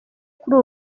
kuri